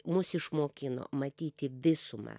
mus išmokino matyti visumą